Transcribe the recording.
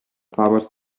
faves